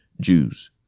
Jews